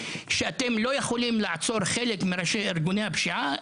שאתם לא יכולים לעצור חלק מראשי ארגוני הפשיעה,